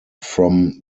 from